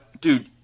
dude